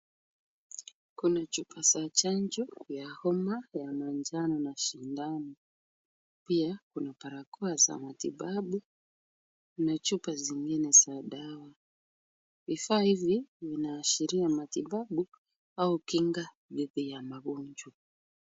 Kuna chupa za chanjo ya homa ya manjano na sindano. Pia kuna barakoa za matibabu na chupa zingine za dawa. Vifaa hivi vinaashiria matibabu au kinga dhidi ya magonjwa.